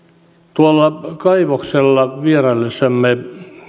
tuolla kaivoksella vieraillessamme